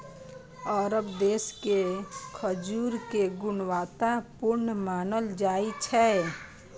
अरब देश के खजूर कें गुणवत्ता पूर्ण मानल जाइ छै